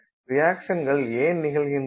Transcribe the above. ரியாக்சன்கள் ஏன் நிகழ்கின்றன